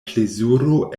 plezuro